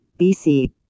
BC